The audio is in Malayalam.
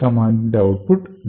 ഈ കമാന്റിന്റെ ഔട്ട്പുട്ട്